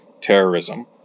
terrorism